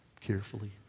carefully